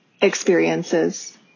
Experiences